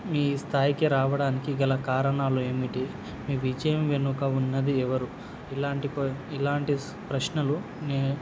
మీ స్థాయికి రావడానికి గల కారణాలు ఏమిటి మీ విజయం వెనుక ఉన్నది ఎవరు ఇలాంటి ఇలాంటి ప్రశ్నలు